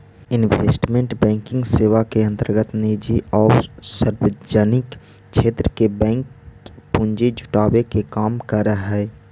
investment banking सेवा के अंतर्गत निजी आउ सार्वजनिक क्षेत्र के बैंक पूंजी जुटावे के काम करऽ हइ